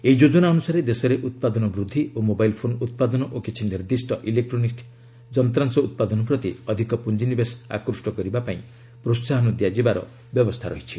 ଏହି ଯୋଜନା ଅନୁସାରେ ଦେଶରେ ଉତ୍ପାଦନ ବୃଦ୍ଧି ଓ ମୋବାଇଲ୍ ଫୋନ୍ ଉତ୍ପାଦନ ଓ କିଛି ନିର୍ଦ୍ଦିଷ୍ଟ ଇଲେକ୍ଟ୍ରୋନିକ୍ ଯନ୍ତ୍ରାଂଶ ଉତ୍ପାଦନ ପ୍ରତି ଅଧିକ ପୁଞ୍ଜିନିବେଶ ଆକ୍ରୁଷ୍ଟ କରିବା ପାଇଁ ପ୍ରୋହାହନ ଦିଆଯିବାର ବ୍ୟବସ୍ଥା ରହିଛି